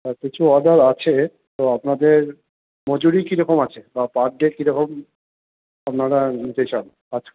কিছু অর্ডার আছে তো আপনাদের মজুরি কীরকম আছে পার ডে কীরকম আপনারা নিতে চান কাজ